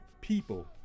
people